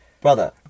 brother